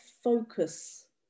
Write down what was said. focus